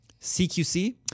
CQC